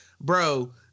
Bro